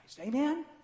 Amen